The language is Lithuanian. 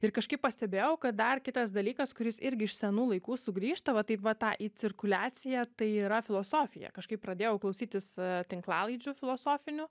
ir kažkaip pastebėjau kad dar kitas dalykas kuris irgi iš senų laikų sugrįžta va taip va tą į cirkuliaciją tai yra filosofija kažkaip pradėjau klausytis tinklalaidžių filosofinių